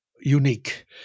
unique